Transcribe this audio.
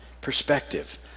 perspective